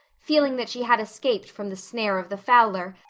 feeling that she had escaped from the snare of the fowler,